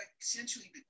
essentially